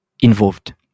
involved